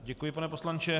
Děkuji, pane poslanče.